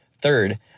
Third